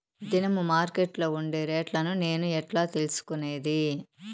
దినము మార్కెట్లో ఉండే రేట్లని నేను ఎట్లా తెలుసుకునేది?